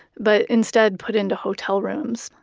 but instead put into hotel rooms.